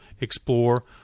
explore